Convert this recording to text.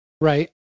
right